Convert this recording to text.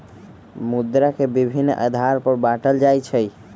मुद्रा के विभिन्न आधार पर बाटल जाइ छइ